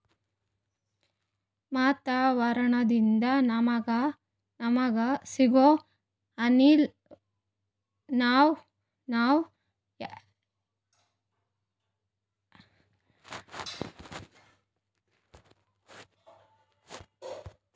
ವಾತಾವರಣದಿಂದ ನಮಗ ಸಿಗೊ ಅನಿಲ ನಾವ್ ಎಲ್ ಪಿ ಜಿ ಗ್ಯಾಸ್ ತಯಾರ್ ಮಾಡಕ್ ಬಳಸತ್ತೀವಿ